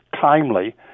timely